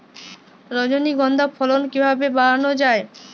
রজনীগন্ধা ফলন কিভাবে বাড়ানো যায়?